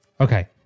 Okay